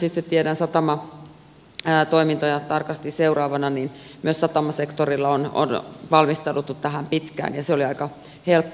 itse tiedän satamatoimintoja tarkasti seuraavana että myös satamasektorilla on valmistauduttu tähän pitkään ja se oli aika helppo